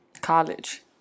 College